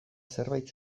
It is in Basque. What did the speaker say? zerbait